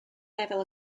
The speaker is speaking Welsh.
lefel